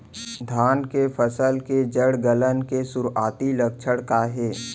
धान के फसल के जड़ गलन के शुरुआती लक्षण का हे?